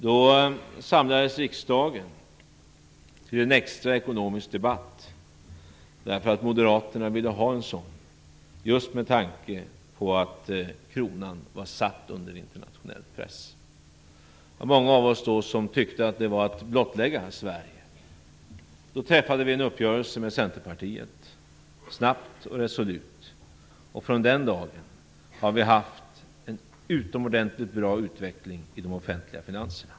Då samlades riksdagen till en extra ekonomisk debatt, därför att Moderaterna ville ha en sådan just med tanke på att kronan var satt under internationell press. Många av oss tyckte då att det var att blottlägga Sverige. Då träffade vi en uppgörelse med Centerpartiet, snabbt och resolut. Från den dagen har vi haft en utomordentligt bra utveckling i de offentliga finanserna.